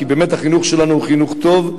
כי באמת החינוך שלנו הוא חינוך טוב,